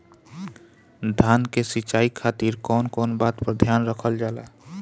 धान के सिंचाई खातिर कवन कवन बात पर ध्यान रखल जा ला?